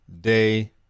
day